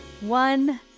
one